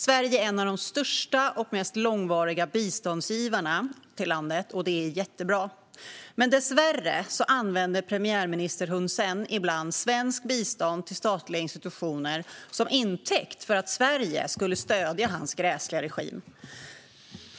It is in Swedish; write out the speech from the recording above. Sverige är en av de största och mest långvariga biståndsgivarna till landet. Det är jättebra. Men dessvärre tar premiärminister Hun Sen ibland svenskt bistånd till statliga institutioner till intäkt för att Sverige skulle stödja hans gräsliga regim.